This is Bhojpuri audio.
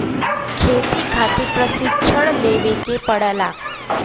खेती खातिर प्रशिक्षण लेवे के पड़ला